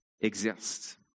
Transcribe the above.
exist